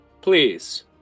Please